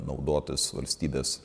naudotis valstybės